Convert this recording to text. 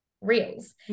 Reels